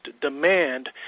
demand